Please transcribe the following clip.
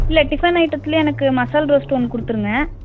இல்லை டிஃபன் ஐட்டத்தில் எனக்கு மசாலா ரோஸ்ட் ஒன்று கொடுத்துருங்க